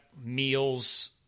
meals